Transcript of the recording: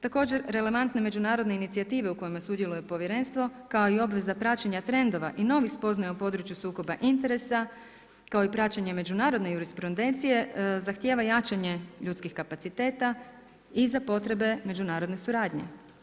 Također relevantne međunarodne inicijative u kojima sudjeluje povjerenstvo kao i obveza praćenja trendova i novih spoznaja u području sukoba interesa i praćenje međunarodne jurisprudencije, zahtijeva jačanje ljudskih kapaciteta i za potrebe međunarodne suradnje.